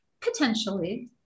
Potentially